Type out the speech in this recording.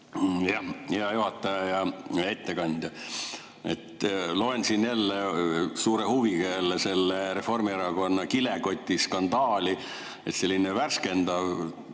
Hea juhataja! Hea ettekandja! Loen siin jälle suure huviga selle Reformierakonna kilekotiskandaali. Selline värskendav!